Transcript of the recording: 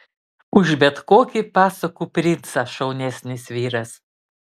už bet kokį pasakų princą šaunesnis vyras